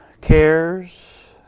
cares